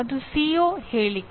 ಅದು ಸಿಒ ಹೇಳಿಕೆ